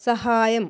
സഹായം